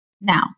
Now